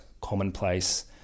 commonplace